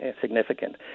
significant